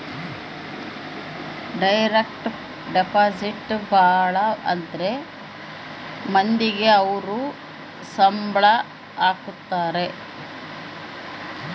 direct deposit ಭಾಳ ಅಂದ್ರ ಮಂದಿಗೆ ಅವ್ರ ಸಂಬ್ಳ ಹಾಕತರೆ